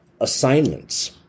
assignments